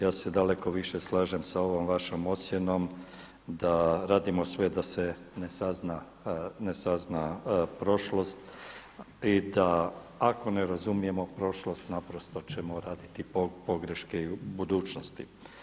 Ja se daleko više slažem sa ovom vašom ocjenom da radimo sve da se ne sazna prošlost i da ako ne razumijemo prošlost naprosto ćemo radi pogreške i u budućnosti.